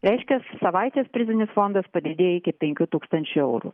reiškias savaitės prizinis fondas padidėjo iki penkių tūkstančių eurų